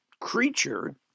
creature